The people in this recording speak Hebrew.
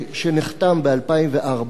שנחתם ב-2004,